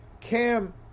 Cam